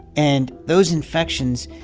and those infections,